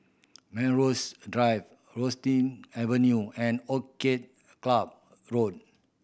Melrose Drive Rosything Avenue and Orchid Club Road